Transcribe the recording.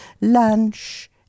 Lunch